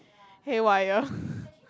hair wyre